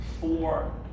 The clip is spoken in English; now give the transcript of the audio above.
Four